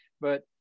but-